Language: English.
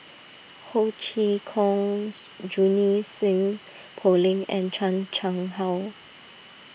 Ho Chee Kong Sue Junie Sng Poh Leng and Chan Chang How